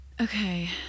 Okay